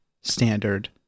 standard